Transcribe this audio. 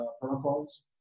protocols